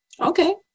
Okay